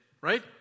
right